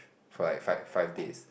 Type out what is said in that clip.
for like five five days